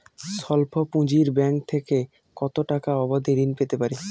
স্বল্প পুঁজির ব্যাংক থেকে কত টাকা অবধি ঋণ পেতে পারি?